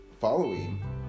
following